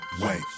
Wait